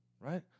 right